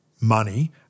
money